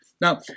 Now